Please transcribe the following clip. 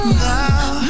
now